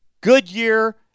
Goodyear